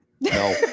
no